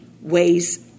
ways